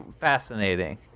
fascinating